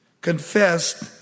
confessed